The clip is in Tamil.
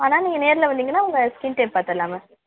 அதனால நீங்கள் நேரில் வந்திங்கன்னா உங்கள் ஸ்கின் டைப் பாத்துடலாம் மேம்